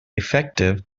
effective